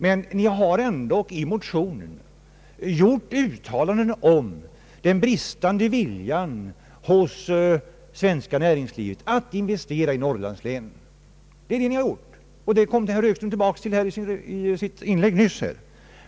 Men ni har ändå i er motion gjort påståenden om en bristande vilja hos det svenska näringslivet att investera i Norrlandslänen. Den saken kom herr Högström tillbaka till i sitt inlägg nyss.